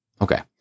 Okay